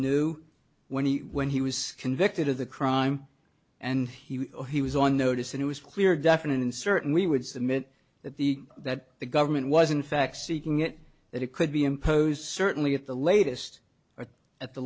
knew when he when he was convicted of the crime and he or he was on notice that it was clear definite and certain we would submit that the that the government was in fact seeking it that it could be imposed certainly at the latest at the